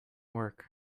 work